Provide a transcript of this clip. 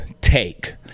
take